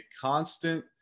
constant